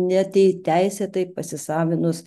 ne tai teisėtai pasisavinus